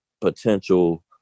potential